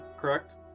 correct